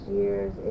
years